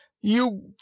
You